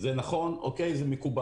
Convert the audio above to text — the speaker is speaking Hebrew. זה נכון ומקובל,